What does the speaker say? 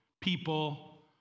people